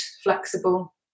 flexible